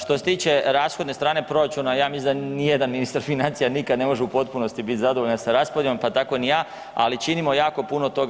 Što se tiče rashodne strane proračuna ja mislim da nijedan ministar financija nikad ne može biti u potpunosti zadovoljan sa raspodjelom pa tako ni ja, ali činimo jako puno toga.